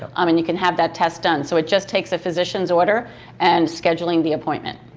um and you can have that test done. so it just takes a physician's order and scheduling the appointment.